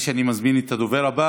זה פה,